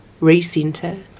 recenter